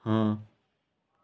ହଁ